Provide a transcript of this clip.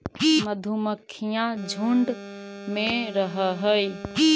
मधुमक्खियां झुंड में रहअ हई